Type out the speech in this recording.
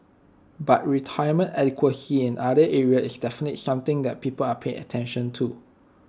but retirement adequacy in other area is definitely something that people are paying attention to